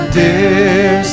dear